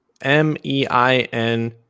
m-e-i-n